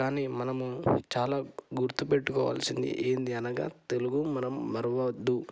కానీ మనము చాలా గుర్తుపెట్టుకోవాల్సింది ఏమిటి అనగా తెలుగు మనం మరవద్దు